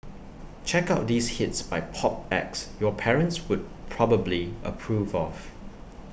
check out these hits by pop acts your parents would probably approve of